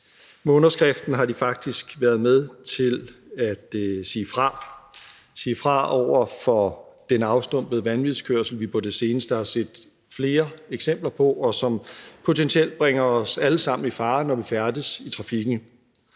Med underskriften har de faktisk været med til at sige fra over for den afstumpede vanvidskørsel, vi på det seneste har set flere eksempler på, og som potentielt bringer os alle sammen i fare, når vi færdes i trafikken.